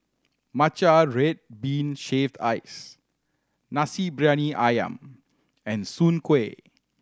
matcha red bean shaved ice Nasi Briyani Ayam and soon kway